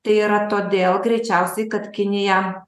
tai yra todėl greičiausiai kad kinija